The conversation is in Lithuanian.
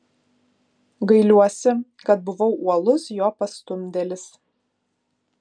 gailiuosi kad buvau uolus jo pastumdėlis